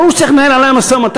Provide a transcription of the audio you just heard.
ברור שצריך לנהל עליה משא-ומתן,